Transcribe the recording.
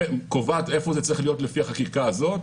קובעת איפה זה צריך להיות לפי החקיקה הזאת,